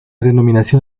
denominación